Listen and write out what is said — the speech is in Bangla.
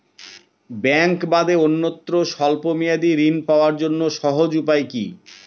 ব্যাঙ্কে বাদে অন্যত্র স্বল্প মেয়াদি ঋণ পাওয়ার জন্য সহজ উপায় কি?